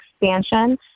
expansion